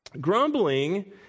Grumbling